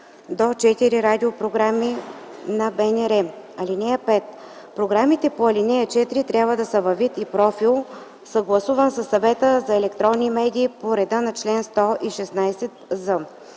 до 4 радиопрограми на БНР. (5) Програмите по ал. 4 трябва да са с вид и профил, съгласуван със Съвета за електронни медии, по реда на чл. 116з.